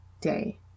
day